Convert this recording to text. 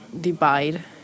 divide